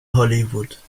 hollywood